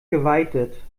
geweitet